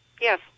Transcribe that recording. Yes